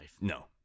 No